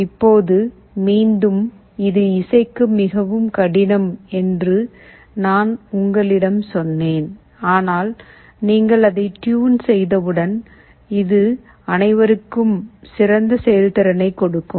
இப்போது மீண்டும் இது இசைக்கு மிகவும் கடினம் என்று நான் உங்களிடம் சொன்னேன் ஆனால் நீங்கள் அதை டியூன் செய்தவுடன் இது அனைவருக்கும் சிறந்த செயல்திறனை கொடுக்கும்